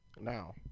Now